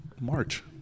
March